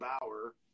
Bauer